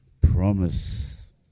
promise